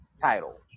title